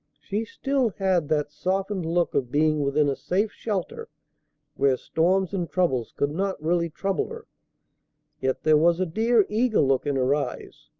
she still had that softened look of being within a safe shelter where storms and troubles could not really trouble her yet there was a dear, eager look in her eyes.